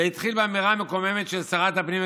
זה התחיל באמירה מקוממת של שרת הפנים,